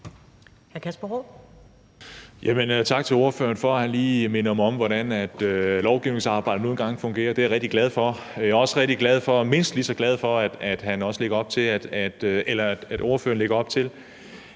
Tak til ordføreren for, at han lige minder mig om, hvordan lovgivningsarbejdet nu engang fungerer. Det er jeg rigtig glad for. Jeg er også rigtig glad for – mindst lige så